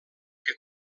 que